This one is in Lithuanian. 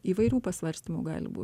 įvairių pasvarstymų gali būt